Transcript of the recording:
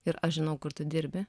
ir aš žinau kur tu dirbi